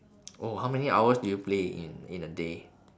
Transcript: oh how many hours do you play in in a day